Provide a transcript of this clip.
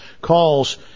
calls